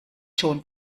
schon